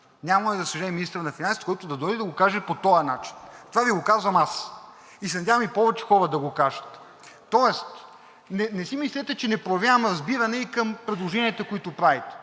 Нямаме, за съжаление, министър на финансите, който да дойде и да го каже по този начин. Това Ви го казвам аз и се надявам и повече хора да го кажат. Тоест не си мислите, че не проявявам разбиране и към предложенията, които правите.